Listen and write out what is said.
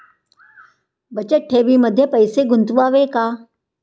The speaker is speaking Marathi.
बचत ठेवीमध्ये पैसे गुंतवावे का?